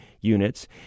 units